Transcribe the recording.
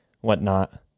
whatnot